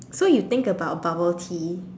so you think about bubble tea